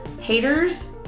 haters